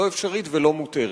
לא אפשרית ולא מותרת.